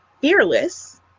fearless